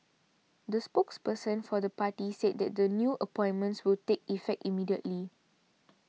the spokesperson for the party said that the new appointments will take effect immediately